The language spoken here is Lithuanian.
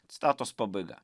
citatos pabaiga